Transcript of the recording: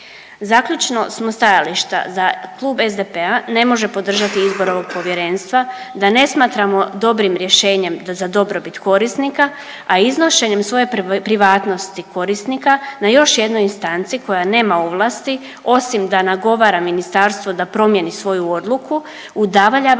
Zaključno smo stajališta, za Klub SDP-a ne može podržati izbor ovog Povjerenstva, da ne smatramo dobrim rješenje da za dobrobit korisnika, a iznošenjem svoje privatnosti korisnika na još jednoj instanci koja nema ovlasti osim da nagovara Ministarstvo da promijeni svoju odluku udaljavamo